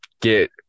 get